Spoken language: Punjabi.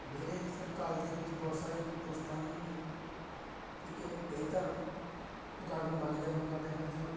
ਮੇਰੇ ਸਰ ਕਾਲਜ ਦੇ ਵਿੱਚ ਬਹੁਤ ਸਾਰੇ ਦੋਸਤ ਹਨ ਠੀਕ ਹੈ ਕਈ ਤਾਂ ਗਾਰਡ ਮਾਲੀ ਦਾ ਕੰਮ ਕਰਦੇ ਆ ਸਰ ਜੀ